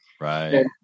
Right